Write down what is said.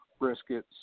briskets